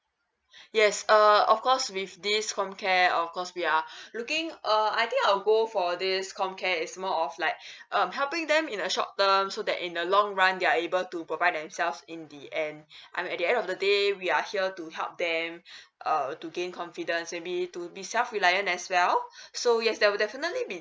yes uh of course with this comcare of course we are looking uh I think I'll go for this comcare is more of like um helping them in a short term so that in the long run they're able to provide themselves in the end I mean at the end of the day we are here to help them uh to gain confidence maybe to be self reliant as well so yes there will definitely be